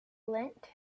lent